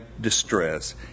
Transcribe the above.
distress